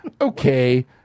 okay